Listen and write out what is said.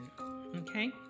okay